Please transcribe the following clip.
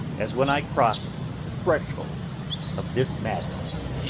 as when i crossed the threshold of this madhouse.